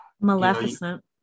Maleficent